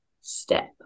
step